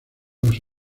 las